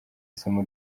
isomo